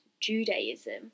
Judaism